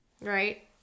Right